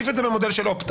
במודל של opt out.